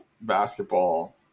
basketball